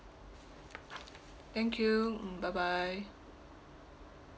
thank you mm bye bye